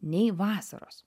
nei vasaros